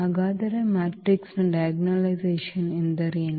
ಹಾಗಾದರೆ ಮ್ಯಾಟ್ರಿಕ್ಸ್ನ ಡೈಗೊನಲೈಸೇಶನ್ ಎಂದರೇನು